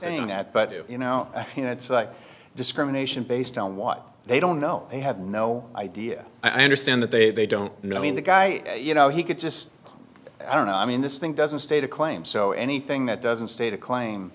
saying that but you know you know it's like discrimination based on what they don't know they have no idea i understand that they they don't know i mean the guy you know he could just i don't know i mean this thing doesn't state a claim so anything that doesn't state a claim